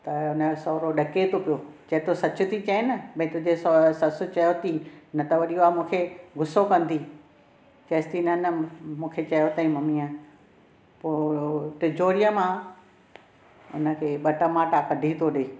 त हुन जो साहुरो ॾके थो पियो चए थो सच थी चईं न भइ तुंहिंजी ससु चयो अथई न त वरी हूअ मूंखे गु़स्सो कंदी चएसि थी न न मूंखे चयो अथई मम्मीअ पोइ तिजोरीअ मां हुन खे ॿ टमाटा कढी थो ॾे